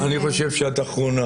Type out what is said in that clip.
אני חושב שאת אחרונה